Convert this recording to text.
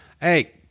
hey